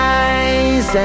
eyes